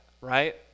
right